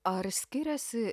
ar skiriasi